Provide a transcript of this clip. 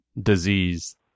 disease